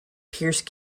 pierce